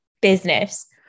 business